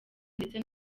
ndetse